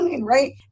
right